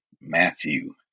Matthew